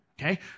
Okay